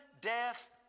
death